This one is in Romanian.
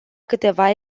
câteva